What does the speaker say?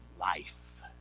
life